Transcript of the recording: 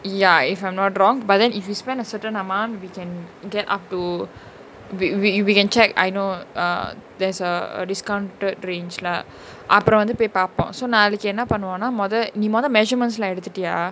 ya if I'm not wrong but then if you spend a certain amount we can get up to we we can check I know ah there's a discounted range lah அப்ரோ வந்து போய் பாப்போ:apro vanthu poai paapo so நாளைக்கு என்ன பன்னுவோனா மொத நீ மொத:naalaiku enna pannuvonaa motha nee motha measurements lah எடுத்துடியா:eduthutiyaa